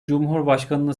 cumhurbaşkanını